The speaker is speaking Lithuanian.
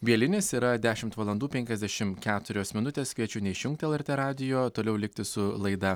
bielinis yra dešimt valandų penkiasdešim keturios minutės kviečiu neišjungti lrt radijo toliau likti su laida